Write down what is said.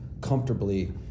comfortably